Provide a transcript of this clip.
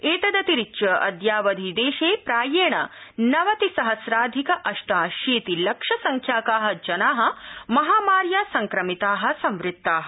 एतदतिरिच्य अद्यावधि देशे प्रायेण नवतिसहम्राधिक अट्टाशोति लक्षसंख्याका जना महामार्या संक्रमिता संवृत्ता